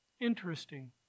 interesting